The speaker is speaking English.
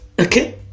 Okay